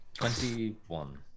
Twenty-one